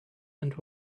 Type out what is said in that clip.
and